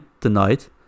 tonight